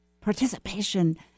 participation